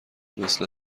مثل